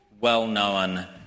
well-known